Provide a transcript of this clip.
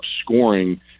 scoring